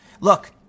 Look